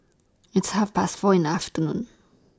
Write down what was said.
its Half Past four in The afternoon